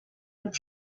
with